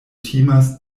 timas